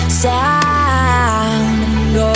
sound